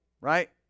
right